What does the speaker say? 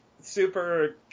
super